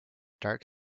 dark